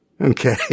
okay